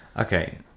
Okay